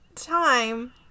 Time